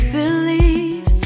believe